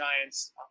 Giants